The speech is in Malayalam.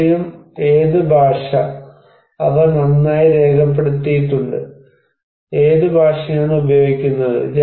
ഭാഷയും ഏത് ഭാഷ അവ നന്നായി രേഖപ്പെടുത്തിയിട്ടുണ്ട് ഏത് ഭാഷയാണ് ഉപയോഗിക്കുന്നത്